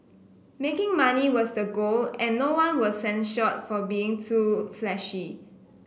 making money was the goal and no one was censured for being too flashy